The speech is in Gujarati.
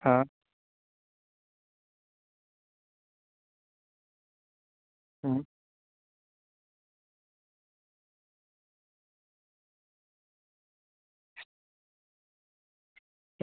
હા